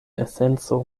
esenco